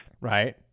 right